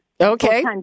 Okay